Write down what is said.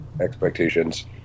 expectations